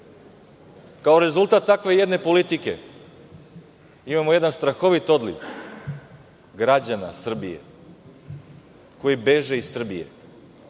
rezultat takve jedne politike imamo jedan strahovit odliv građana Srbije koji beže iz Srbije